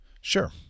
Sure